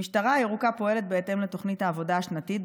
המשטרה הירוקה פועלת בהתאם לתוכנית העבודה השנתית,